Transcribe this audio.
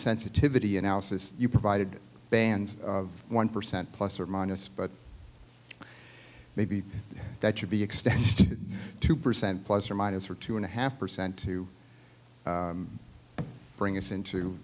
sensitivity analysis you provided bands of one percent plus or minus but maybe that should be extended to two percent plus or minus for two and a half percent to bring us into